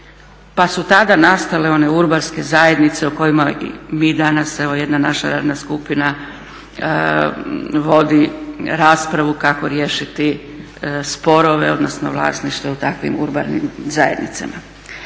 pa su tada nastale one urbarske zajednice o kojima mi danas evo jedna naša radna skupina vodi raspravu kako riješiti sporove odnosno vlasništvo u takvim urbanim zajednicama.